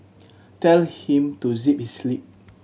tell him to zip his lip